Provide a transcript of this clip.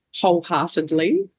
wholeheartedly